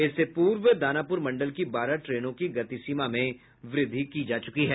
इससे पूर्व दानापुर मंडल की बारह ट्रेनों की गतिसीमा में वृद्धि की जा चुकी है